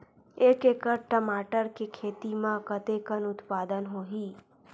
एक एकड़ टमाटर के खेती म कतेकन उत्पादन होही?